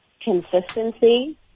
consistency